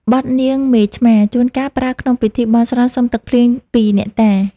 បទនាងមេឆ្មា ជួនកាលប្រើក្នុងពិធីបន់ស្រន់សុំទឹកភ្លៀងពីអ្នកតា។